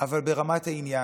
אבל ברמת העניין.